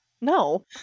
No